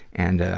and, ah,